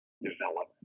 development